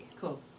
Cool